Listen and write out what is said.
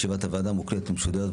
ישיבת הוועדה מוקלטת ומשודרת,